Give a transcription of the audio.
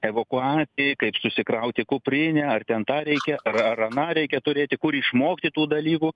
evakuacijai kaip susikrauti kuprinę ar ten tą reikia ar ar aną reikia turėti kur išmokti tų dalykų